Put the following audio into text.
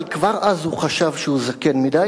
אבל כבר אז הוא חשב שהוא זקן מדי